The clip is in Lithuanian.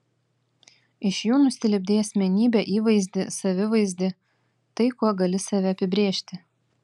iš jų nusilipdei asmenybę įvaizdį savivaizdį tai kuo gali save apibrėžti